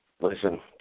Listen